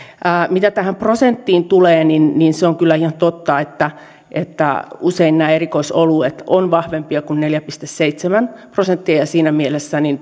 mitä tähän prosenttiin tulee niin niin se on kyllä ihan totta että että usein nämä erikoisoluet ovat vahvempia kuin neljä pilkku seitsemän prosenttia ja siinä mielessä